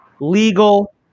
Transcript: legal